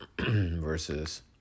versus